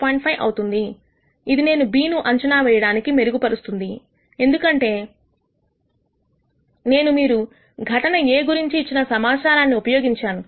5 ఇది అవుతుంది ఇది నేను B ను అంచనా వేయడానికి మెరుగుపరుస్తుంది ఎందుకంటే నేను మీరు ఘటన A గురించి ఇచ్చిన కొంత సమాచారాన్ని ఉపయోగించాను